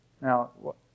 Now